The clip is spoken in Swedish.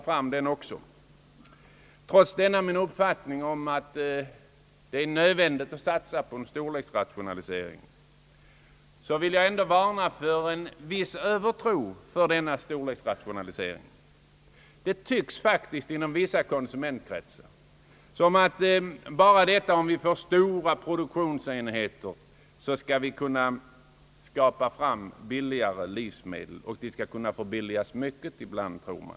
Trots att jag anser att det är nödvändigt att satsa på storleksrationalisering vill jag inom parentes varna för en viss övertro på denna storleksrationalisering. Inom vissa konsumentkretsar tycks man faktiskt tro att om vi bara får stora produktionsenheter kan vi skapa fram billigare livsmedel, ja mycket billigare sådana.